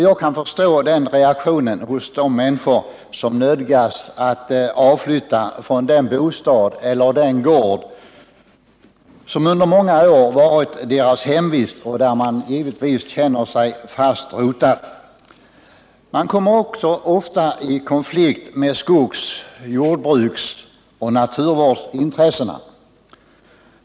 Jag kan förstå den reaktionen hos dem som nödgas att avflytta från den bostad eller den gård som under många år varit deras hemvist och där de känner sig fast rotade. Man kommer ofta också i konflikt med skogs-, jordbruksoch naturvårdsintressen.